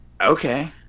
Okay